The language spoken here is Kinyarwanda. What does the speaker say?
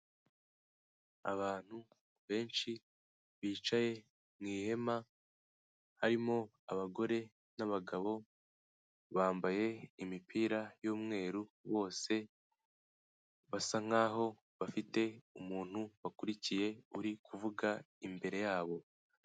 Abantu benshi bicaye mu ihema, harimo abagore n'abagabo bambaye imipira y'umweru bose, basa nkaho bafite umuntu bakurikiye uri kuvuga imbere yabo.